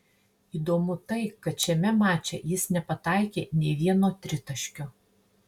įdomu tai kad šiame mače jis nepataikė nei vieno tritaškio